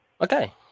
Okay